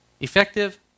Effective